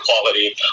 quality